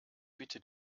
bitte